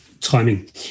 timing